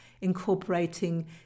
incorporating